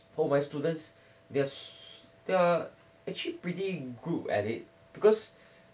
for my students they are so they are actually pretty good at it because